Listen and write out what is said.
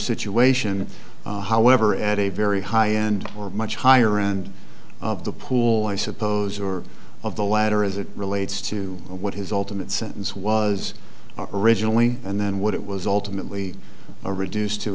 situation however at a very high end or much higher end of the pool i suppose or of the latter as it relates to what his ultimate sentence was originally and then what it was ultimately a reduced to